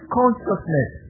consciousness